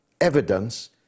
evidence